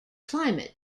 climate